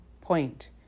point